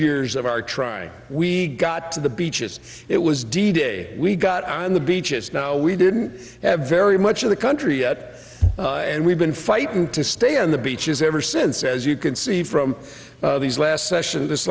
years of our trying we got to the beaches it was d day we got on the beaches now we didn't have very much of the country yet and we've been fighting to stay on the beaches ever since as you can see from these last session this